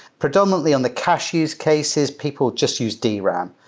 predominantly on the caches cases, people just use dram,